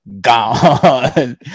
gone